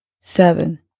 seven